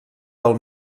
del